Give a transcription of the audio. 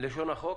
לשון החוק?